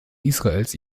israels